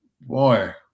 boy